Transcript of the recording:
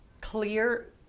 clear